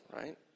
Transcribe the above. right